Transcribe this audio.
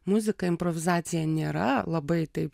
muzika improvizacija nėra labai taip